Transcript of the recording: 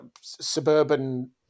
suburban